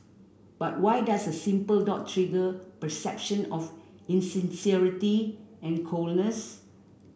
but why does a simple dot trigger perception of insincerity and coldness